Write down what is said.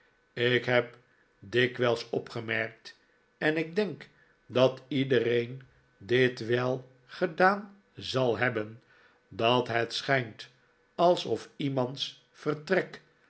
ik heb dikwijls opgemerkt en ik denk dat iedereen dit wel gedaan zal hebben dat het schijnt alsof iemands vertrek